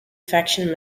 faction